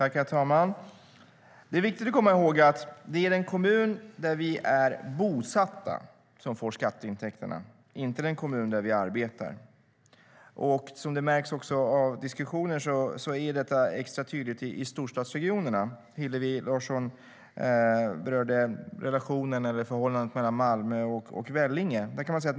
Herr talman! Det är viktigt att komma ihåg att det är den kommun som vi är bosatta i som får skatteintäkterna, inte den kommun där vi arbetar. Som det framgår av diskussionen blir detta extra tydligt i storstadsregionerna. Hillevi Larsson berörde förhållandet mellan Malmö och Vellinge.